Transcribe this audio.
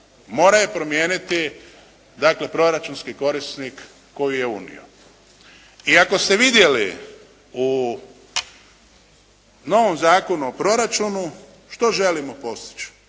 mora ju promijeniti, dakle proračunski korisnik koji ju je unio. I ako ste vidjeli u novom Zakonu o proračunu, što želimo postići?